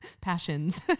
passions